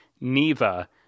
NEVA